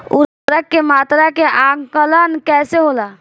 उर्वरक के मात्रा के आंकलन कईसे होला?